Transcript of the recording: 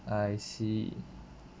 I see